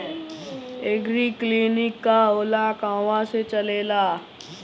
एगरी clinic का होला कहवा से चलेँला?